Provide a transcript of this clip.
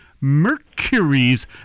mercury's